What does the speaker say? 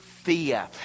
Fear